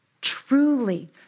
truly